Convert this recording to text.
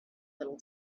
little